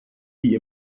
wie